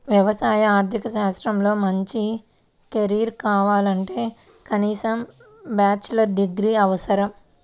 వ్యవసాయ ఆర్థిక శాస్త్రంలో మంచి కెరీర్ కావాలంటే కనీసం బ్యాచిలర్ డిగ్రీ అవసరం